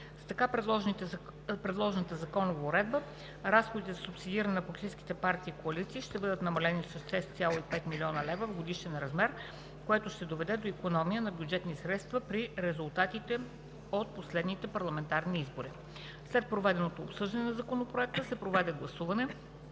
С така предложената законова уредба разходите за субсидиране на политическите партии и коалиции ще бъдат намалени с 6,5 млн. лв. в годишен размер, което ще доведе до икономия на бюджетни средства, при резултатите на последните парламентарни избори. След проведеното обсъждане на Законопроекта се проведе гласуване,